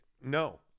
No